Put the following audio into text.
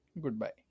goodbye